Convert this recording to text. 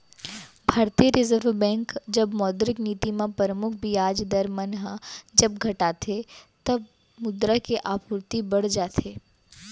भारतीय reserve bank जब मौद्रिक नीति म परमुख बियाज दर मन ह जब घटाथे तब मुद्रा के आपूरति बड़ जाथे